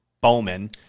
Bowman